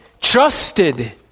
trusted